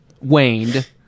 waned